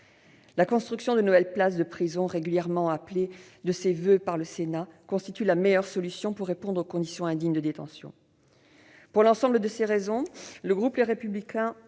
La construction de nouvelles places de prison, régulièrement appelée de ses voeux par le Sénat, constitue la meilleure des solutions pour répondre aux conditions indignes de détention. Pour l'ensemble de ces raisons, le groupe Les Républicains